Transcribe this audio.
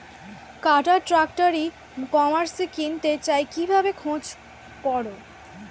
কাটার tractor ই কমার্সে কিনতে চাই কিভাবে খোঁজ করো?